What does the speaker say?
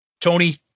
Tony